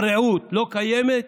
הרעות, לא קיימות?